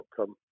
outcome